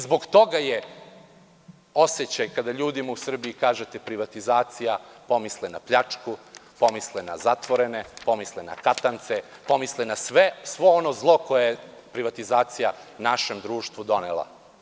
Zbog toga je osećaj kada ljudima u Srbiji kažete privatizacija pomisle na pljačku, pomisle na zatvorene, pomisle na katance, pomisle na svo ono zlo koje je privatizacija našem društvu donela.